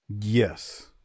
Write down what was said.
Yes